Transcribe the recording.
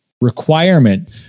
requirement